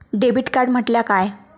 Debit card म्हटल्या काय?